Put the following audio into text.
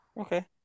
Okay